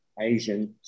Asian